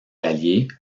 allier